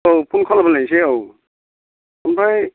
औ फ'न खालामलायनोसै औ ओमफ्राय